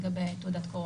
לגבי תעודת קורונה.